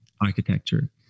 architecture